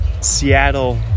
Seattle